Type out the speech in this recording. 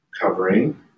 covering